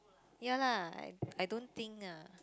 ya lah I don't think lah